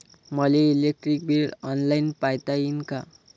मले electric bill online पायता येईन का?